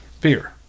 beer